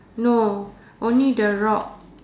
no only the rock